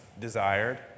desired